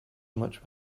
much